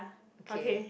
okay